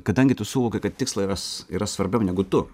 kadangi tu suvoki kad tikslas yra svarbiau negu tu